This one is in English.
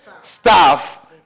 staff